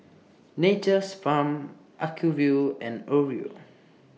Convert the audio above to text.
Nature's Farm Acuvue and Oreo